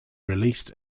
released